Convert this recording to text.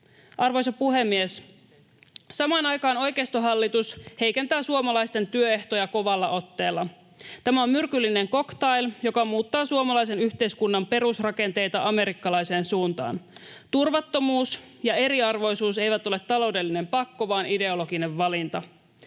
Arvoisa puhemies! Samaan aikaan oikeistohallitus heikentää suomalaisten työehtoja kovalla otteella. Tämä on myrkyllinen cocktail, joka muuttaa suomalaisen yhteiskunnan perusrakenteita amerikkalaiseen suuntaan. Turvattomuus ja eriarvoisuus eivät ole taloudellinen pakko vaan ideologinen valinta.